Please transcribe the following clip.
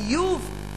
ביוב,